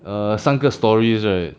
err 三个 stories right